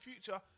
future